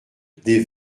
des